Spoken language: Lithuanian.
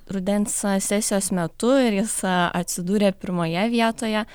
rudens sesijos metu ir jis atsidūrė pirmoje vietoje